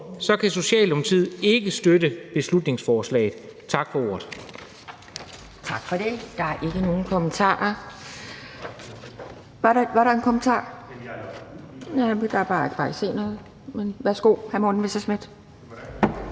ord kan Socialdemokratiet ikke støtte beslutningsforslaget. Tak for ordet.